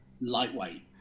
Lightweight